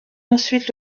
ensuite